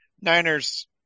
Niners